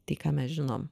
tai ką mes žinom